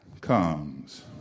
comes